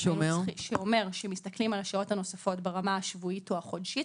שאומר שמסתכלים על השעות הנוספות ברמה השבועית או החודשית,